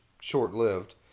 short-lived